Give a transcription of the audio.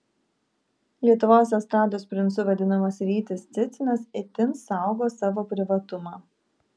lietuvos estrados princu vadinamas rytis cicinas itin saugo savo privatumą